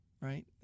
right